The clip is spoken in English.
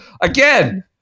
again